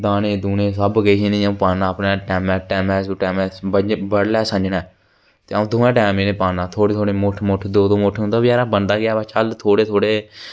दाने दूने सब किश इ'नेंगी अ'ऊं पाना अपने टैमैं सू टैमैं बड़लै ते सं'ञा आ'ऊं दोनें टैम इ'नेंगी पाना थोह्ड़े थोह्ड़े मुट्ठ मुट्ठ उंदा बचैरें बनादा नीं अस थोह्ड़े थोह्ड़े